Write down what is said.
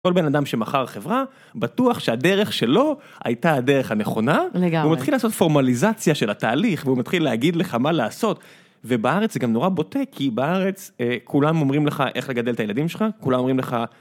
כל בן אדם שמכר חברה, בטוח שהדרך שלו הייתה הדרך הנכונה, לגמרי, הוא מתחיל לעשות פורמליזציה של התהליך, והוא מתחיל להגיד לך מה לעשות, ובארץ זה גם נורא בוטה, כי בארץ כולם אומרים לך איך לגדל את הילדים שלך, כולם אומרים לך.